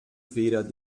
weder